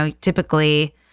typically